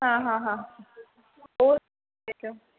हा हा हा ओ थ्री जो